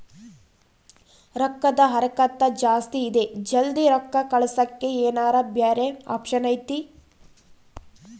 ರೊಕ್ಕದ ಹರಕತ್ತ ಜಾಸ್ತಿ ಇದೆ ಜಲ್ದಿ ರೊಕ್ಕ ಕಳಸಕ್ಕೆ ಏನಾರ ಬ್ಯಾರೆ ಆಪ್ಷನ್ ಐತಿ?